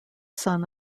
son